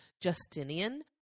Justinian